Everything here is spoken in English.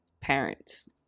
parents